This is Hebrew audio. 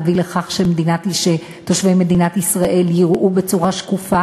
ותביא לכך שתושבי מדינת ישראל יראו בצורה שקופה